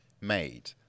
made